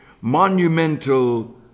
monumental